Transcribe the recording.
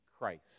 Christ